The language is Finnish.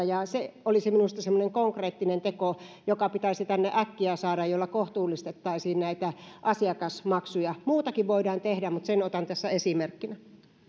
antamatta se olisi minusta semmoinen konkreettinen teko joka pitäisi tänne äkkiä saada ja jolla kohtuullistettaisiin näitä asiakasmaksuja muutakin voidaan tehdä mutta sen otan tässä esimerkkinä